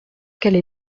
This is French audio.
qu’elle